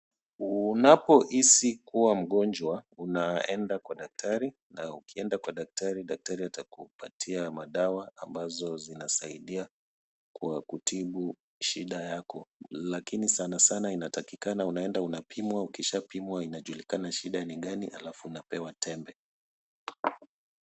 Unapohisi kuwa mgonjwa, unaenda kwa daktari na ukienda kwa daktari, daktari atakupatia madawa ambazo zinasaidia kwa kutibu shida yako lakini sana sana inatkikana unaenda unapimwa. Ukishapimwa inajulikana shida ni gani halafu unapewa tembe.